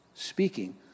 Speaking